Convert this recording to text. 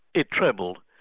it trebled.